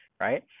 right